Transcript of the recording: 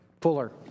fuller